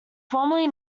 formerly